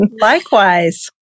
Likewise